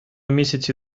місяці